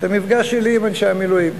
על המפגש שלי עם אנשי המילואים.